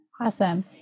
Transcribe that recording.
Awesome